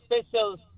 officials